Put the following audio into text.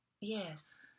Yes